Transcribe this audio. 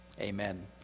Amen